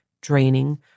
draining